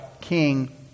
king